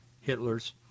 Hitler's